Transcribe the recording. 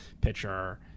pitcher